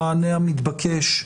למענה המתבקש,